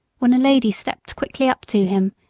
when a lady stepped quickly up to him,